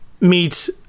meet